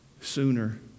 sooner